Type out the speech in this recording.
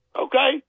Okay